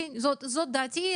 זו דעתי,